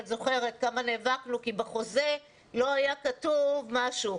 את זוכרת כמה נאבקנו כי בחוזה לא היה כתוב משהו.